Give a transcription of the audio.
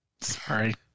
Sorry